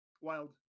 wild